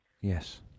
Yes